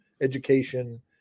education